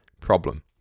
problem